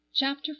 Chapter